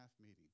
meeting